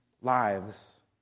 lives